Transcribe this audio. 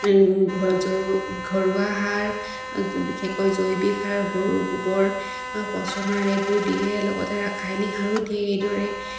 ঘৰুৱা সাৰ বিশেষকৈ জৈৱিক সাৰ গৰু গোবৰ পচন সাৰ এইবোৰ দিয়ে লগতে ৰাসায়নিক সাৰো দিয়ে এইদৰে